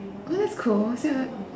oh that's cool